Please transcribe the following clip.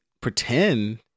pretend